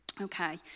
okay